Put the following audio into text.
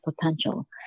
potential